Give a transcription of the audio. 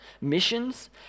missions